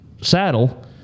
Saddle